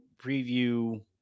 preview